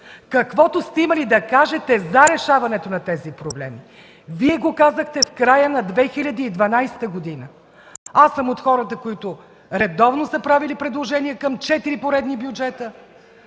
Каквото сте имали да кажете за решаването на тези проблеми, Вие го казахте в края на 2012 г.! Аз съм от хората, които редовно са правили предложения към четири поредни бюджета